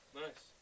nice